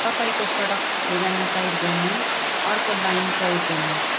तपाईँको सडक ठेगाना टाइप गर्ने अर्को लाइन प्रयोग गर्नुहोस्